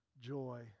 joy